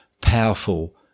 powerful